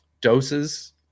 doses